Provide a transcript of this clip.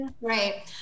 Right